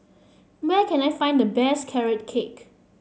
where can I find the best Carrot Cake